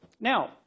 Now